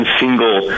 single